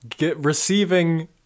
receiving